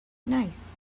nice